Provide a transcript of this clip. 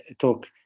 talk